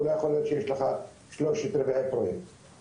כי לא יכול להיות שיש לך פרויקט לא גמור.